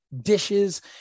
Dishes